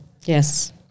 yes